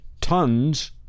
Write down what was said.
tons